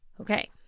Okay